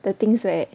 the thing is right